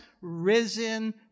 risen